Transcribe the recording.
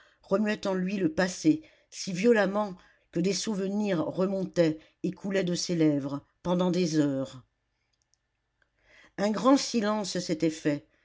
remuaient en lui le passé si violemment que des souvenirs remontaient et coulaient de ses lèvres pendant des heures un grand silence s'était fait